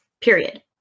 period